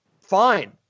fine